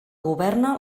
governa